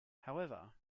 however